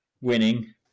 winning